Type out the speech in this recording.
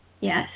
Yes